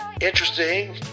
interesting